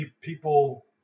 people